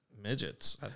midgets